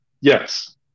Yes